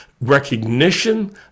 recognition